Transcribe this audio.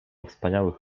wspaniałych